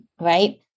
Right